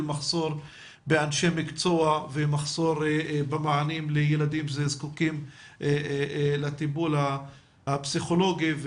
מחסור באנשי מקצוע ומחסור במענים לילדים שזקוקים לטיפול הפסיכולוגי,